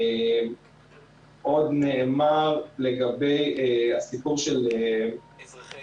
עוד נאמר לגבי הסיפור של עידוד